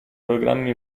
programmi